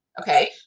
okay